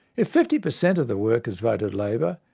if fifty per cent of the workers voted labor,